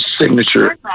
signature